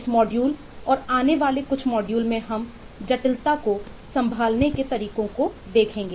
इस मॉड्यूल और आने वाले कुछ मॉड्यूल में हम जटिलताको संभालने के तरीकों को देखेंगे